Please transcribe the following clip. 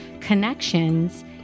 connections